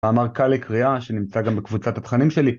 מאמר קל לקריאה, שנמצא גם בקבוצת התכנים שלי